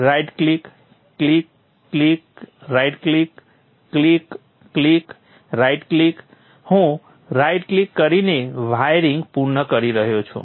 right click click click right click click click right click હું right click કરીને wiring પૂર્ણ કરી રહ્યો છું